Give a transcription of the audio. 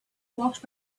walked